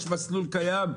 יש מסלול קיים,